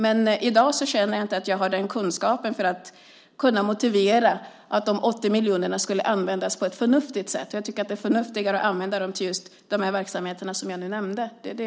Men i dag känner jag inte att jag har kunskapen att motivera att de 80 miljonerna skulle ha använts på ett förnuftigt sätt. Jag tycker att det är förnuftigare att använda dem till just de verksamheter som jag nämnde. Så är det.